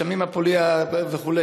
הרשמים וכו',